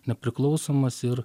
nepriklausomas ir